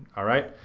alright?